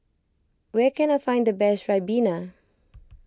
where can I find the best Ribena